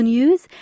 News